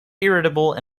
irritable